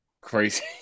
crazy